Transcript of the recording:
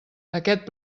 aquest